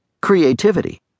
creativity